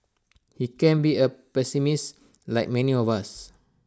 he can be A pessimist like many of us